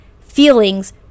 feelings